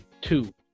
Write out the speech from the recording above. two